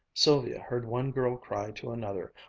sylvia heard one girl cry to another,